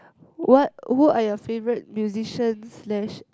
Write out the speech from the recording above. what who are your favourite musician slash